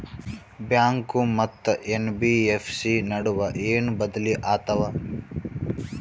Bank ಮತ್ತ NBFC ನಡುವ ಏನ ಬದಲಿ ಆತವ?